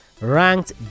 ranked